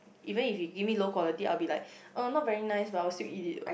even if you give me low quality I'll be like uh not very nice but I'll still eat it what